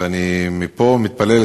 ומפה אני מתפלל,